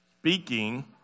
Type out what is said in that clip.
speaking